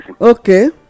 okay